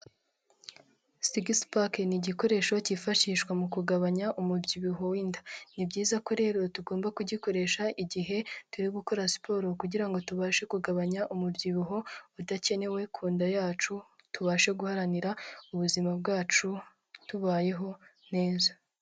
Sigisipake ni igikoresho cyifashishwa mu kugabanya umubyibuho w'inda. Ni byiza ko rero tugomba kugikoresha igihe turi gukora siporo, kugirango tubashe kugabanya umubyibuho udakenewe ku nda yacu, tubashe guharanira ubuzima bwacu tubayeho neza.